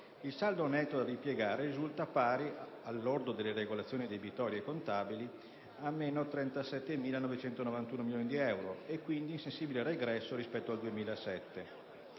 Il saldo netto da impiegare risulta pari, al lordo delle regolazioni debitorie e contabili, a meno 37.991 milioni di euro, e quindi in sensibile regresso rispetto al 2007,